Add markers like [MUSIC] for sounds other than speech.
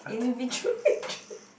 individual intro [LAUGHS]